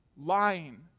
Lying